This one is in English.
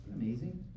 Amazing